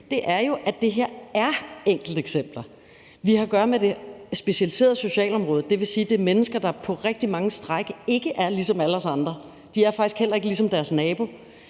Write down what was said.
er, at det her er enkelteksempler. Vi har at gøre med det specialiserede socialområde. Det vil sige, at det er mennesker, der på rigtig mange stræk ikke er ligesom alle os andre. De er faktisk heller ikke ligesom deres nabo.